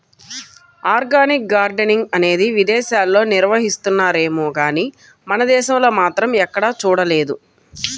organic gardening అనేది విదేశాల్లో నిర్వహిస్తున్నారేమో గానీ మన దేశంలో మాత్రం ఎక్కడా చూడలేదు